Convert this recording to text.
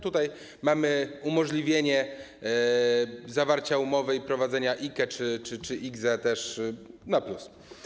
Tutaj mamy umożliwienie zawarcia umowy o prowadzenie IKE czy IKZE - to też na plus.